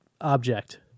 object